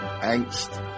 angst